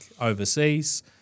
overseas